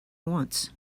once